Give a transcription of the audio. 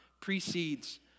precedes